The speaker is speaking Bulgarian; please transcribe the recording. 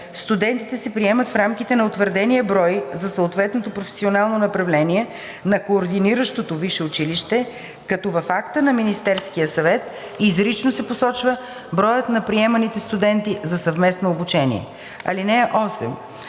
студентите се приемат в рамките на утвърдения брой за съответното професионално направление на координиращото висше училище, като в акта на Министерския съвет изрично се посочва броят на приеманите студенти за съвместно обучение. (8)